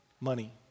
money